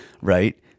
right